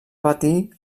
partir